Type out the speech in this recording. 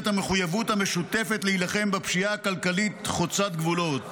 המחויבות המשותפת להילחם בפשיעה כלכלית חוצת הגבולות.